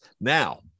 Now